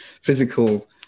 physical